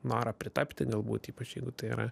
norą pritapti galbūt ypač jeigu tai yra